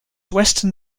western